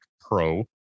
Pro